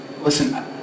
listen